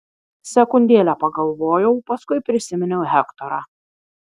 sekundėlę pagalvojau paskui prisiminiau hektorą